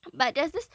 but there's this